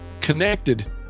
connected